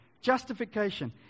Justification